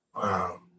Wow